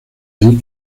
ahí